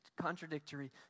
contradictory